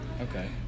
Okay